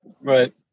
Right